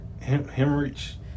Hemorrhage